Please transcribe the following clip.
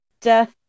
Death